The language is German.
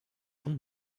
und